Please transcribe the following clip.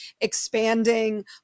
expanding